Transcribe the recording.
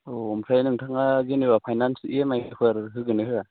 अ अ ओमफ्राय नोंथाङा जेनेबा finance E M I four होगोन ना होआ